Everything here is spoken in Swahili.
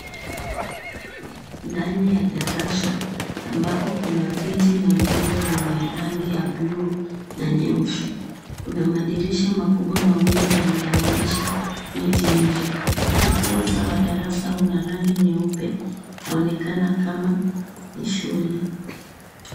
Ndani ya darasa amabpo kuna viti na meza zenye rangi ya blue na nyeusi. Kuna madirisha makubwa mawili yanayoonyesha miti nje. Ukuta wa darasa una rangi nyeupe na aonekana kama ni shule.